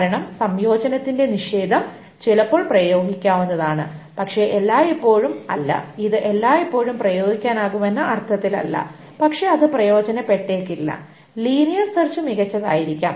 കാരണം സംയോജനത്തിന്റെ നിഷേധം ചിലപ്പോൾ പ്രയോഗിക്കാവുന്നതാണ് പക്ഷേ എല്ലായ്പ്പോഴും അല്ല ഇത് എല്ലായ്പ്പോഴും പ്രയോഗിക്കാനാകുമെന്ന അർത്ഥത്തിൽ അല്ല പക്ഷേ അത് പ്രയോജനപ്പെട്ടേക്കില്ല ലീനിയർ സെർച്ച് മികച്ചതായിരിക്കാം